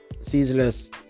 ceaseless